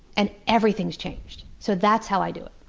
and everything has changed. so that's how i do it.